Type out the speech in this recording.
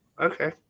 Okay